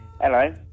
Hello